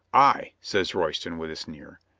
ay, says royston with a sneer.